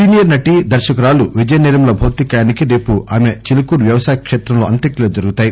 senior నటి దర్పకురాలు విజయనిర్మల భౌతికకాయానికి రేపు ఆమె చిలుకూరు వ్యవసాయ కేత్రంలో అంత్యక్రియలు జరుగుతాయి